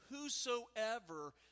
whosoever